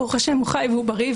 ברוך השם, הוא חי והוא בריא.